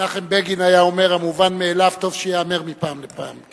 מנחם בגין היה אומר: המובן מאליו טוב שייאמר מפעם לפעם.